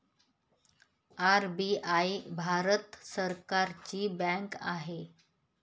RBI Bharat सरकारची bank आहे